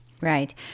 Right